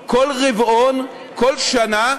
רבעון, כל שנה,